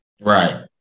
Right